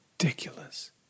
ridiculous